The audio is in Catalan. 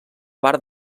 part